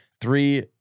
three